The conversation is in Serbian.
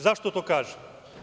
Zašto to kažem?